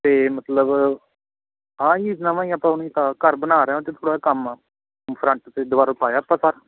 ਅਤੇ ਮਤਲਬ ਹਾਂ ਜੀ ਨਵਾਂ ਹੀ ਆਪਾਂ ਹੁਣੀ ਘ ਘਰ ਬਣਾ ਰਹੇ ਹਾਂ ਅਤੇ ਥੋੜ੍ਹਾ ਕੰਮ ਆ ਫਰੰਟ 'ਤੇ ਦੁਬਾਰਾ ਪਾਇਆ ਆਪਾਂ ਸਰ